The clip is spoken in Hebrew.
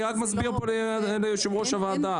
אני רק מסביר פה ליושב-ראש הוועדה,